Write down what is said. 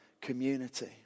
community